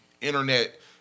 internet